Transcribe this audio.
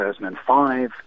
2005